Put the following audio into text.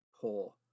poor